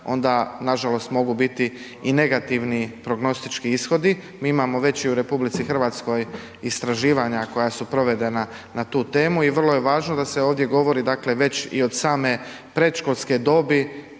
onda, nažalost, mogu biti i negativni prognostički ishodi. Mi imamo već u RH, istraživanja koja su provedena na tu temu i vrlo je važno da se ovdje govori dakle, već i od same predškole dobi,